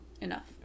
enough